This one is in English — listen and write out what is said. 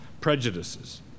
prejudices